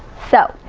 so,